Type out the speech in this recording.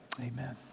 Amen